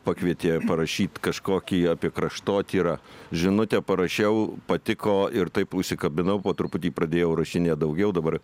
pakvietė parašyt kažkokį apie kraštotyrą žinutę parašiau patiko ir taip užsikabinau po truputį pradėjau rašinėt daugiau dabar